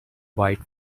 white